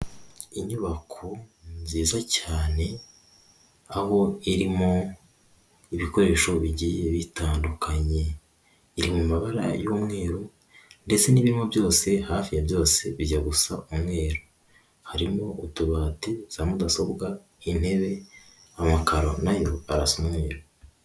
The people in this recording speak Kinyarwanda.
Inyubako nziza cyane aho irimo ibikoresho bigiye bitandukanye, iri mu mabara y'umweru ndetse n'ibirimo byose, hafi ya byose bijya gusa umweru, harimo utubati, za mudasobwa, intebe, amakaro na yo arasa umweru.